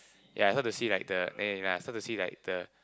ya I hope to see like the eh yeah I start to see like the